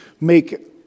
make